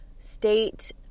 state